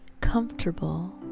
comfortable